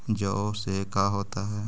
जौ से का होता है?